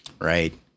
right